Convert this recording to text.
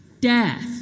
Death